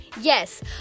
yes